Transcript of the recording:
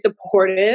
supportive